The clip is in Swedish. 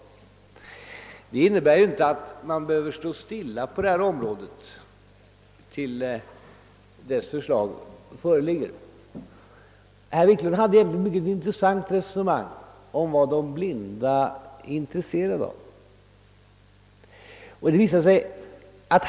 Det innebär dock inte att vi behöver stå stilla tills utredningens förslag lagts fram. Det resonemang som herr Wiklund förde om vad de blinda är intresserade av var intressant.